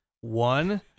One